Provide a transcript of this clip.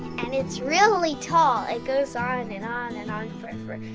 and it's really tall. it goes on and on and on forever.